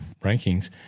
rankings